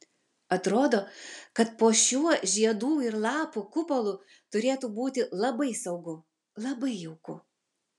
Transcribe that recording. atrodo kad po šiuo žiedų ir lapų kupolu turėtų būti labai saugu labai jauku